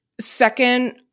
Second